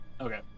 Okay